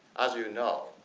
as you know,